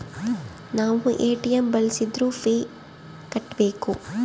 ನಾವ್ ಎ.ಟಿ.ಎಂ ಬಳ್ಸಿದ್ರು ಫೀ ಕಟ್ಬೇಕು